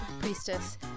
priestess